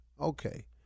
okay